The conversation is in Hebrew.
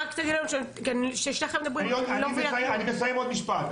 כששניכם מדברים, אני לא מבינה כלום.